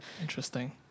interesting